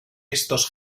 estos